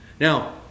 Now